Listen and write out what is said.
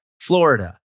Florida